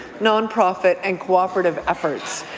nonprofit, and cooperative efforts.